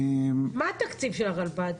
מה תקציב הרלב"ד?